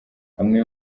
amwe